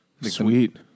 Sweet